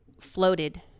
floated